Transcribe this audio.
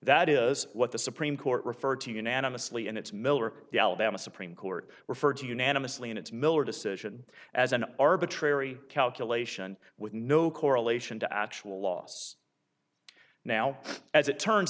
that is what the supreme court referred to unanimously and it's miller the alabama supreme court referred to unanimously in its miller decision as an arbitrary calculation with no correlation to actual loss now as it turns